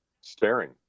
staring